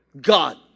God